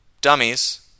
dummies